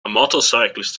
motorcyclist